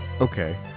Okay